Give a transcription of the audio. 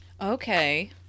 okay